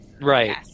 Right